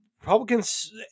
Republicans